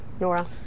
Nora